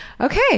okay